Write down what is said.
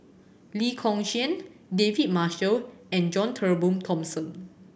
Lee Kong Chian David Marshall and John Turnbull Thomson